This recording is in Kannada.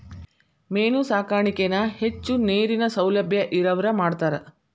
ಮೇನು ಸಾಕಾಣಿಕೆನ ಹೆಚ್ಚು ನೇರಿನ ಸೌಲಬ್ಯಾ ಇರವ್ರ ಮಾಡ್ತಾರ